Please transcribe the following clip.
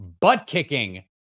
butt-kicking